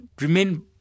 remain